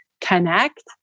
connect